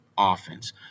offense